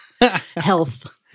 Health